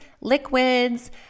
liquids